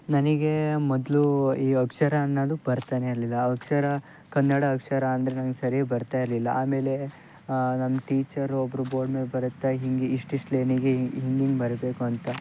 ನನಗೆ ಮೊದಲು ಈ ಅಕ್ಷರ ಅನ್ನೋದು ಬರ್ತಾನೆ ಇರಲಿಲ್ಲ ಅಕ್ಷರ ಕನ್ನಡ ಅಕ್ಷರ ಅಂದರೆ ನಂಗೆ ಸರಿ ಬರ್ತಾ ಇರಲಿಲ್ಲ ಆಮೇಲೆ ನಮ್ಮ ಟೀಚರ್ ಒಬ್ಬರು ಬೋರ್ಡ್ ಮೇಲೆ ಬರೀತಾ ಹಿಂಗೆ ಇಷ್ಟಿಷ್ಟು ಲೇನಿಗೆ ಈ ಹಿಂಗಿಂಗೆ ಬರಿಬೇಕು ಅಂತ